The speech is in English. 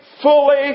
Fully